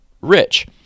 rich